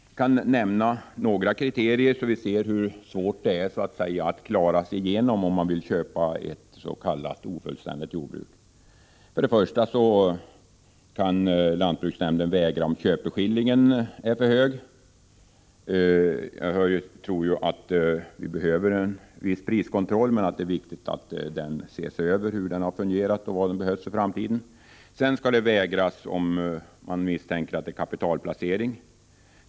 Jag vill nämna några kriterier som visar hur svårt det är att klara villkoren, om man vill köpa ett s.k. ofullständigt jordbruk. Först och främst kan lantbruksnämnden vägra tillstånd om köpeskillingen är för hög. Jag tror att vi behöver en viss priskontroll, men det är viktigt att man går igenom hur den har fungerat och vad som behövs för framtiden. Vidare kan förvärvstillstånd vägras om det föreligger misstanke om att det är fråga om kapitalplacering.